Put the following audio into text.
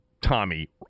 Tommy